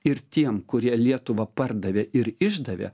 ir tiem kurie lietuvą pardavė ir išdavė